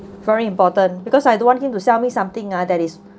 very important because I don't want him to sell me something ah that is